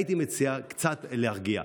הייתי מציע קצת להרגיע,